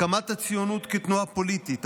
הקמת הציונות כתנועה פוליטית,